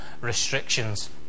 restrictions